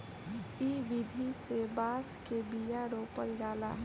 इ विधि से बांस के बिया रोपल जाला